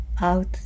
out